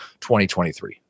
2023